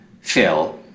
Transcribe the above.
phil